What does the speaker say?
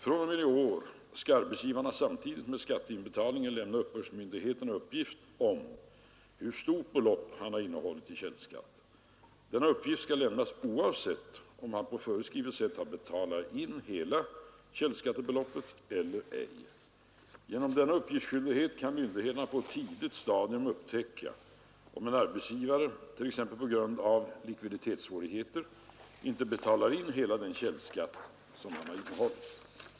fr.o.m. i år skall arbetsgivare samtidigt med skatteinbetalning lämna uppbördsmyndigheterna uppgift om hur stort belopp han innehållit i källskatt. Denna uppgift skall lämnas oavsett om han på föreskrivet sätt betalar in hela det innehållna källskattebeloppet eller ej. Genom denna uppgiftsskyldighet kan myndigheterna på ett tidigt stadium upptäcka om en arbetsgivare t.ex. på grund av begynnande likviditetssvårigheter inte betalar in hela den källskatt han innehållit.